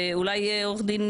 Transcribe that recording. ואולי עורכת דין